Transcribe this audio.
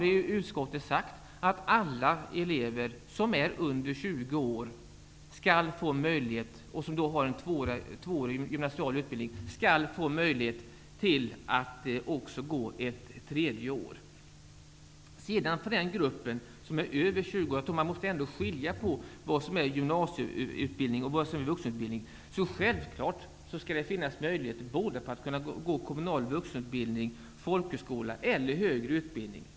I utskottet har vi sagt att alla elever som är under 20 år och som har en tvåårig gymnasial utbildning skall få möjlighet att även gå ett tredje år. Jag tror att vi måste skilja på vad som är gymnasieutbildning och vad som är vuxenutbildning. För den grupp som är över 20 år skall det självfallet finnas möjlighet att gå kommunal vuxenutbildning, folkhögskola eller högre utbildning.